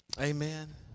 Amen